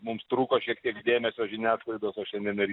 mums trūko šiek tiek dėmesio žiniasklaidos o šiandien ir